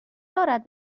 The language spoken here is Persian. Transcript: دارد